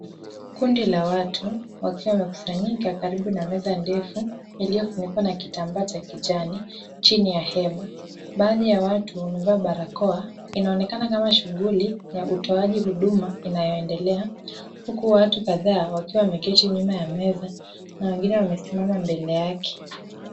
Kundi la watu wakiwa wamekusanyika karibu na meza ndefu iliyofunikwa na kitambaa cha kijani chini ya hema. Baadhi ya watu wamevaa barakoa, inaonekana kama shughuli ya utoaji huduma inayoendelea huku watu kadhaa wakiwa wameketi nyuma ya meza na wengine wamesimama mbele yake.